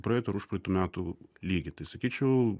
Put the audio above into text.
praeitų ar užpraeitų metų lygį tai sakyčiau